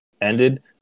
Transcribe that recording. ended